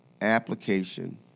application